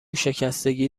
شکستگی